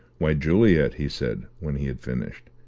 why, juliet, he said, when he had finished,